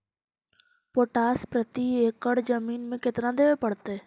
Potash प्रति एकड़ जमीन में केतना देबे पड़तै?